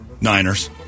Niners